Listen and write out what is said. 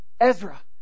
Ezra